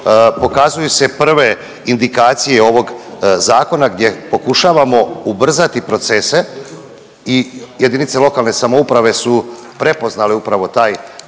Pokazuju se prve indikacije ovog zakona gdje pokušavamo ubrzati procese i jedinice lokalne samouprave su prepoznale upravo taj,